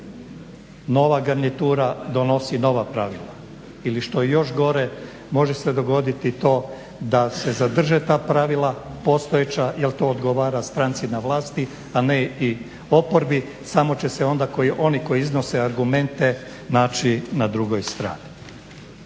nova garnitura donosi nova pravila. Ili što je još gore može se dogoditi to da se zadrže ta pravila postojeća jer to odgovara stranci na vlasti, a ne i oporbi. Samo će se onda oni koji iznose argumente naći na drugoj strani.